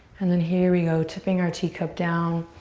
and then here we go, tipping our teacup down